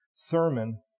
sermon